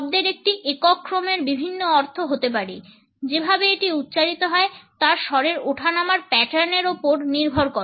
শব্দের একটি একক ক্রমের বিভিন্ন অর্থ হতে পারে যেভাবে এটি উচ্চারিত হয় তার স্বরের ওঠানামার প্যাটার্নের উপর নির্ভর করে